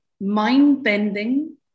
mind-bending